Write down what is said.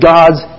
God's